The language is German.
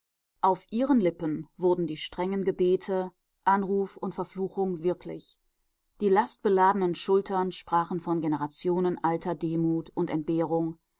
auf ihren lippen wurden die strengen gebete anruf und verfluchung wirklich die lastbeladenen schultern sprachen von generationenalter demut und entbehrung